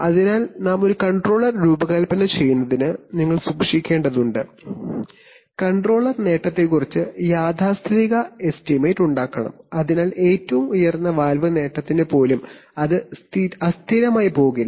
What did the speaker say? അതിനാൽ ഒരു കൺട്രോളർ രൂപകൽപ്പന ചെയ്യുന്നതിന് നിങ്ങൾ സൂക്ഷിക്കേണ്ടതുണ്ട് നിങ്ങൾ സൂക്ഷിക്കേണ്ടതുണ്ട് കൺട്രോളർ നേട്ടത്തെക്കുറിച്ച് യാഥാസ്ഥിതിക എസ്റ്റിമേറ്റ് ഉണ്ടാക്കണം അതിനാൽ ഏറ്റവും ഉയർന്ന വാൽവ് നേട്ടത്തിന് പോലും അത് അസ്ഥിരമായി പോകില്ല